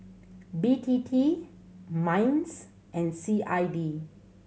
B T T MINDS and C I D